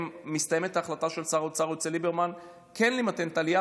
שמסתיימת החלטה של שר האוצר היוצא ליברמן כן למתן את העלייה.